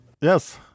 Yes